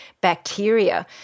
bacteria